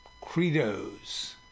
Credos